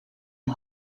een